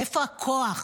מאיפה הכוח?